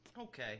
Okay